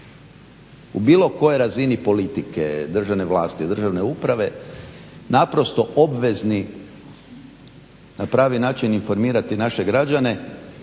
u bilo kojoj razini politike, državne vlasti, državne uprave naprosto obvezni na pravi način informirati naše građane